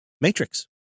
Matrix